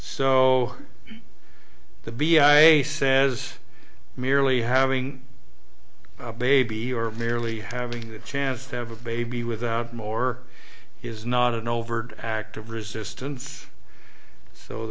so the be a says merely having a baby or merely having a chance to have a baby without more is not an overt act of resistance so